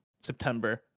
September